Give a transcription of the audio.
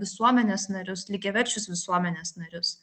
visuomenės narius lygiaverčius visuomenės narius